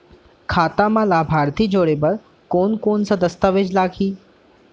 खाता म लाभार्थी जोड़े बर कोन कोन स दस्तावेज लागही?